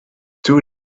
two